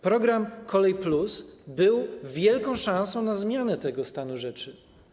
Program „Kolej+” był wielką szansą na zmianę tego stanu rzeczy.